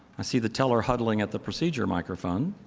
i see the teller huddling at the procedure microphone.